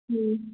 ꯎꯝ